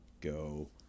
go